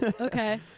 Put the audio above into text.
Okay